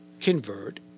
convert